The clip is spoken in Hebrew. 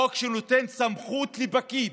חוק שנותן סמכות לפקיד,